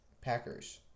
Packers